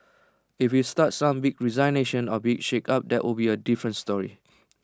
if we start some big resignations or big shake up that would be A different story